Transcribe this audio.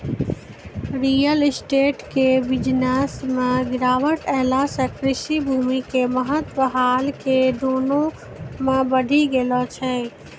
real estate के business मॅ गिरावट ऐला सॅ कृषि भूमि के महत्व हाल के दिनों मॅ बढ़ी गेलो छै